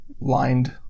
lined